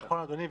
נכון אדוני.